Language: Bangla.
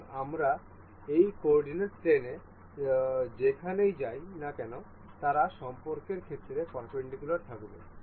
সুতরাং আমরা এই কোঅর্ডিনেট প্লেনে যেখানেই যাই না কেন তারা সম্পর্কের ক্ষেত্রে পারপেন্ডিকুলার থাকবে